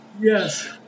Yes